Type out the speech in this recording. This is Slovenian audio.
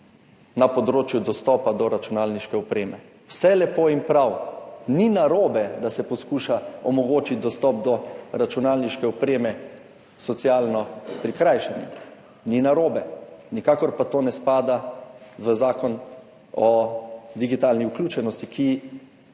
na področju dostopa do računalniške opreme. Vse lepo in prav, ni narobe, da se poskuša omogočiti dostop do računalniške opreme socialno prikrajšanim, ni narobe, nikakor pa to ne spada v Zakon o digitalni vključenosti, ki